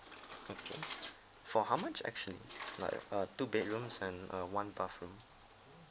okay for how much actually like a two bedrooms and a one bathroom